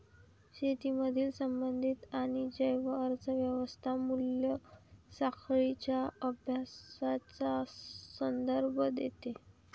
शेतीमधील संबंधित आणि जैव अर्थ व्यवस्था मूल्य साखळींच्या अभ्यासाचा संदर्भ देते